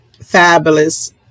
fabulous